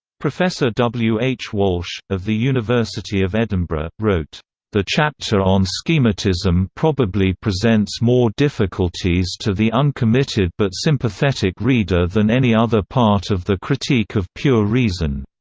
professor w h. walsh, of the university of edinburgh, wrote the chapter on so schematism probably presents more difficulties to the uncommitted but sympathetic reader than any other part of the critique of pure reason.